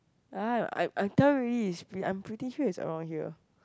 ya I I tell you already is I'm pretty sure is around here